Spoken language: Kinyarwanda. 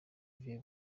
yves